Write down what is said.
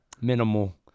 minimal